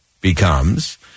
becomes